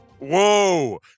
Whoa